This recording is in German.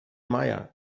meier